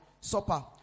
supper